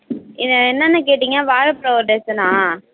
இது என்னென்ன கேட்டீங்க வாழப்பழம் ஒரு டசனா